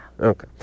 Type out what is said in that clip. Okay